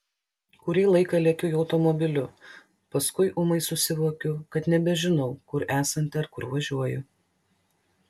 kurį laiką lekiu jo automobiliu paskui ūmai susivokiu kad nebežinau kur esanti ar kur važiuoju